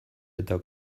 eta